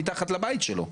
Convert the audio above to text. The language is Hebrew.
מתחת לבית שלו.